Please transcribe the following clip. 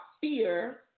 fear